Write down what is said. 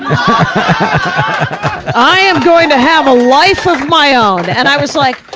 i am going to have a life of my own! and i was like,